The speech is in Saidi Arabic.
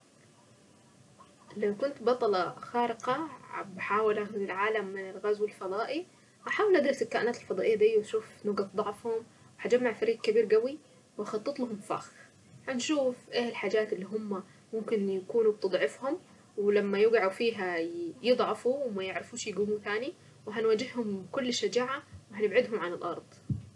لو كنت بطلة خارقة بحاول احمي العالم من الغزو الفضائي هحاول ادرس الكائنات الفضائية دي واشوف نقط ضعفهم وهجمع فريق كبير قوي ونخطط لهم فخ. هنشوف ايه الحاجات اللي هم ممكن يكونوا بتضعفهم ولما يقعوا فيها يضعفوا وما يعرفوش يقوموا تاني وهنواجهم بكل شجاعة وهنبعدهم عن الأرض.